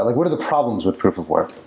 like what are the problems with proof of work?